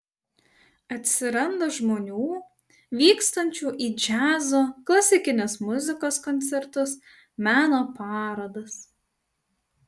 atsiranda žmonių vykstančių į džiazo klasikinės muzikos koncertus meno parodas